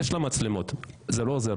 אמנם יש שם מצלמות, אבל זה לא עוזר.